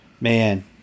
Man